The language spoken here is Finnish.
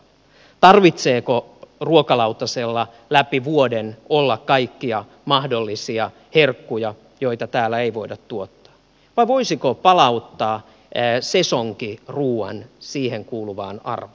tarvitseeko ruokalautasella läpi vuoden olla kaikkia mahdollisia herkkuja joita täällä ei voida tuottaa vai voisiko palauttaa sesonkiruuan sille kuuluvaan arvoon